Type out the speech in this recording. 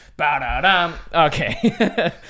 Okay